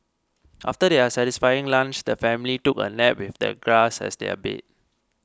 after their satisfying lunch the family took a nap with the grass as their bed